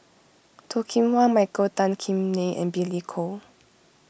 Toh Kim Hwa Michael Tan Kim Nei and Billy Koh